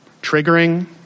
triggering